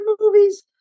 movies